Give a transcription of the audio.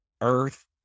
earth